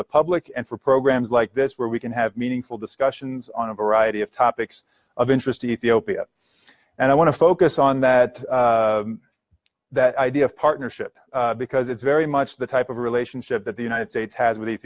the public and for programs like this where we can have meaningful discussions on a variety of topics of interest to ethiopia and i want to focus on that that idea of partnership because it's very much the type of relationship that the united states has